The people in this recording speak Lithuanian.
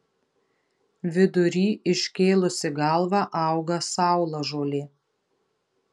vidury iškėlusi galvą auga saulažolė